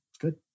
good